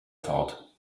thought